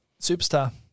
Superstar